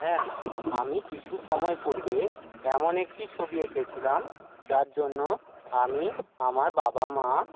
হ্যাঁ আমি কিছু সময় পূর্বে এমন একটি ছবি এঁকেছিলাম যার জন্য আমি আমার বাবা মা